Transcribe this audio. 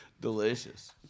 delicious